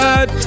God